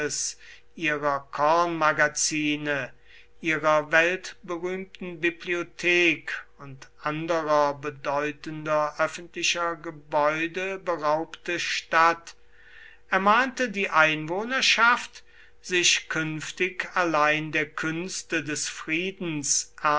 ihrer kornmagazine ihrer weltberühmten bibliothek und anderer bedeutender öffentlicher gebäude beraubte stadt ermahnte die einwohnerschaft sich künftig allein der künste des friedens